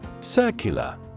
Circular